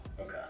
Okay